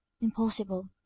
impossible